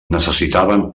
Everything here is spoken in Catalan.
necessitaven